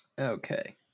Okay